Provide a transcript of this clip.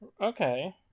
Okay